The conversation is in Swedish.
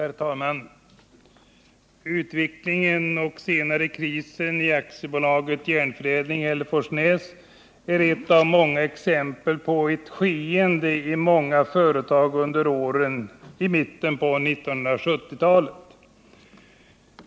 Herr talman! Utvecklingen och senare krisen i AB Järnförädling i Hälleforsnäs är ett av många exempel på ett skeende i många företag under åren i mitten av 1970-talet.